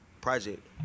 project